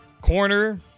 Corner